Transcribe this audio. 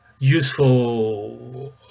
useful